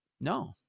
no